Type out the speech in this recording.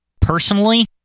Personally